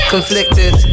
Conflicted